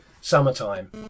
summertime